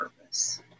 purpose